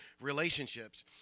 relationships